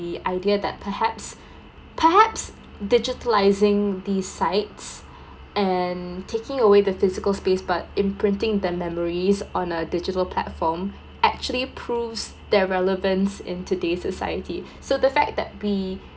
the idea that perhaps perhaps digitalizing these sites and taking away the physical space but imprinting the memories on a digital platform actually proves their relevance in today's society so the fact that we